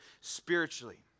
spiritually